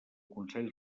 consell